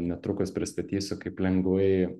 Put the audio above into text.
netrukus pristatysiu kaip lengvai